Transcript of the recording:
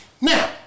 Now